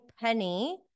Penny